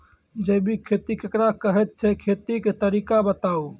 जैबिक खेती केकरा कहैत छै, खेतीक तरीका बताऊ?